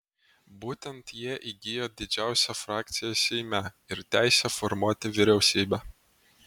būtent jie įgijo didžiausią frakciją seime ir teisę formuoti vyriausybę